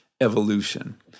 evolution